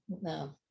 no